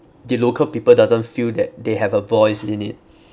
the local people doesn't feel that they have a voice in it